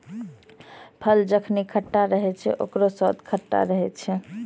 फल जखनि कच्चा रहै छै, ओकरौ स्वाद खट्टा रहै छै